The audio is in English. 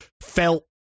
felt